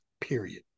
period